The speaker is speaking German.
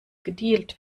gedealt